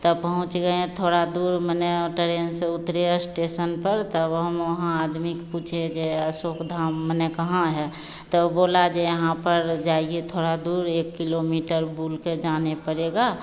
तब पहुँच गए हैं थोड़ा दूर माने और टरेन से उतरे एस्टेशन पर तब हम वहाँ आदमी को पूछे जो अशोक धाम माने कहाँ है तो वह बोला जो यहाँ पर जाइए थोड़ा दूर एक किलोमीटर बूलकर जाना पड़ेगा